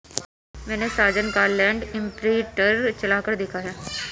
मैने साजन का लैंड इंप्रिंटर चलाकर देखा है